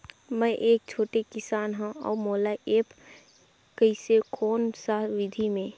मै एक छोटे किसान हव अउ मोला एप्प कइसे कोन सा विधी मे?